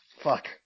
Fuck